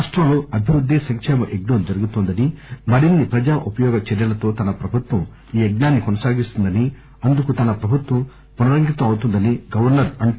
రాష్టంలో అభివృద్ది సంకేమ యజ్ఞం జరుగుతొందనీ మరిన్ని ప్రజా ఉపయోగ చర్యలతో తన ప్రభుత్వం ఈ యజ్ఞాన్సి కొనసాగిస్తుందని అందుకు తన ప్రభుత్వం పునరంకితం అవుతోందని గవర్సర్ అంటూ